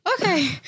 okay